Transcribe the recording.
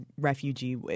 refugee